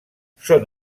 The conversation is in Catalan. són